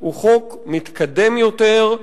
הוא חוק מתקדם יותר,